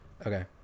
Okay